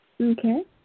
Okay